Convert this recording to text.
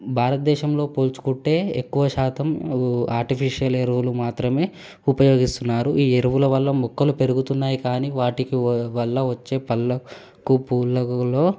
భారతదేశంలో పోల్చుకుంటే ఎక్కువ శాతం ఆర్టిఫిషియల్ ఎరువులు మాత్రమే ఉపయోగిస్తున్నారు ఈ ఎరువుల వల్ల మొక్కలు పెరుగుతున్నాయి కానీ వాటికి వల్ల వచ్చే పళ్ళకు పూలలో